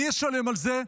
מי ישלם על זה?